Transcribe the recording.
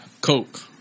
Coke